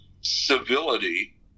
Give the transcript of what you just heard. civility